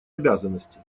обязанности